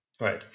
Right